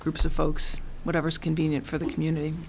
groups of folks whatever's convenient for the community